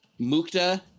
Mukta